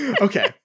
Okay